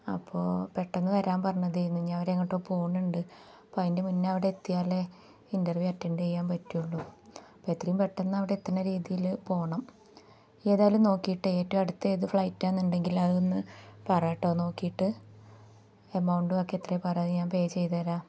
അപ്പോൾ പെട്ടെന്നു വരാൻ പറഞ്ഞതേ ഇന്ന് ഞാൻ അവരെങ്ങോട്ടോ പോകുന്നുണ്ട് അപ്പം അതിൻ്റെ മുന്നേ അവിടെ എത്തിയാലെ ഇൻറ്റർവ്യൂ അറ്റൻ്റ് ചെയ്യാൻ പറ്റുകയുള്ളൂ അപ്പം എത്രയും പെട്ടെന്ന് അവിടെ എത്തുന്ന രീതിയിൽ പോകണം ഏതായാലും നോക്കിയിട്ടെ ഏറ്റവും അടുത്ത ഏതു ഫ്ലൈറ്റാണെന്നുണ്ടെങ്കിൽ അതൊന്ന് പറ കേട്ടോ നോക്കിയിട്ട് എമൗണ്ടും ഒക്കെ എത്ര പറ ഞാൻ പേ ചെയ്തു തരാം